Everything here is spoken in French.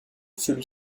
celui